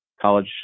college